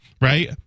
right